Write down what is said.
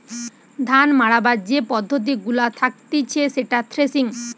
ধান মাড়াবার যে পদ্ধতি গুলা থাকতিছে সেটা থ্রেসিং